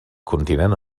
continent